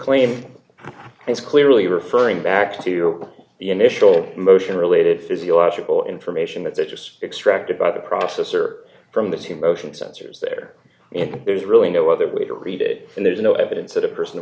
claim is clearly referring back to the initial motion related physiological information that they're just extracted by the processor from the two motion sensors there and there's really no other way to read it and there's no evidence that a person